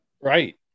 right